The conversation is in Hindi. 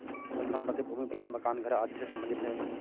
अचल संपत्ति भूमि प्लाट मकान घर आदि से सम्बंधित है